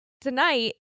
tonight